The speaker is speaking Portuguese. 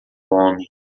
homem